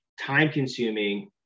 time-consuming